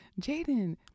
Jaden